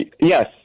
Yes